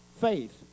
faith